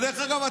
דרך אגב,